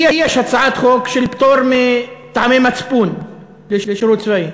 לי יש הצעת חוק של פטור מטעמי מצפון לשירות צבאי.